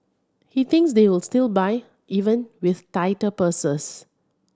he thinks they will still buy even with tighter purses